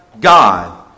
God